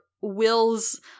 Will's